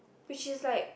which is like